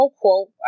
quote